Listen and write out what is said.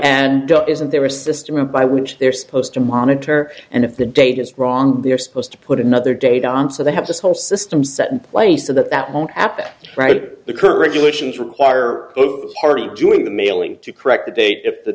and isn't there a system by which they're supposed to monitor and if the date is wrong they are supposed to put another date on so they have this whole system set in place so that that won't happen right the current regulations require the party doing the mailing to correct the date if the